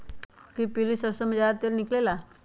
कि पीली सरसों से ज्यादा तेल निकले ला?